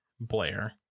blair